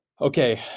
Okay